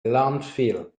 landfill